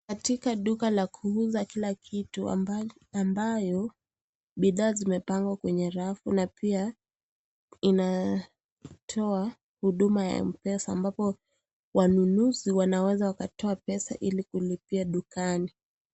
Katika duka la kuuza kila kitu ambayo bidha zimepangwa kwenye rafu na pia, inatoa huduma za mpesa ambapo wanunuzi wanaeza wakatoa pesa ili kulipia dukani .